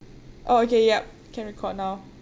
oh okay yup can record now